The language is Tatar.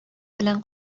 белән